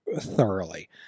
thoroughly